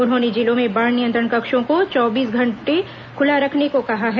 उन्होंने जिलों में बाढ़ नियंत्रण कक्षों को चौबीसों घंटे खुला रखने को कहा है